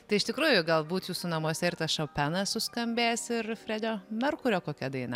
tai iš tikrųjų galbūt jūsų namuose ir tas šopenas suskambės ir fredio merkurio kokia daina